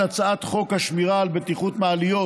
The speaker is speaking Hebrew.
הצעת חוק השמירה על בטיחות מעליות,